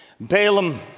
Balaam